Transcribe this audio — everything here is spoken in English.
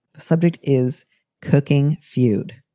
the subject is cooking feud.